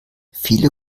viele